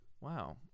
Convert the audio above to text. Wow